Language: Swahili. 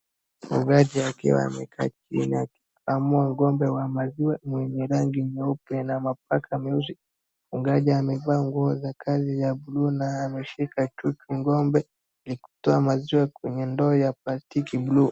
Mfugaji akiwa amekaa chini akikamua ng'ombe wa maziwa mwenye rangi nyeupe na mapaja meusi, mfugaji amevaa nguo ya kazi ya blue na ameshika chuchu ng'ombe anatoa maziwa kwenye ndoo ya plastiki blue .